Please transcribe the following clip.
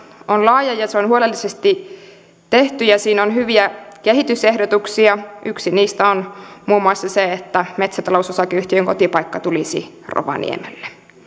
on laaja ja se on huolellisesti tehty ja siinä on hyviä kehitysehdotuksia yksi niistä on muun muassa se että metsätalousosakeyhtiön kotipaikka tulisi rovaniemelle